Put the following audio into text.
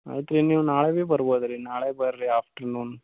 ಆಯ್ತು ರೀ ನೀವು ನಾಳೆ ಭೀ ಬರ್ಬೋದು ರೀ ನಾಳೆ ಬನ್ರಿ ಆಫ್ಟರ್ನೂನ್